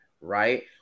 right